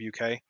UK